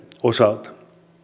osalta